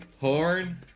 Horn